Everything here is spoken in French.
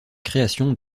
création